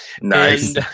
Nice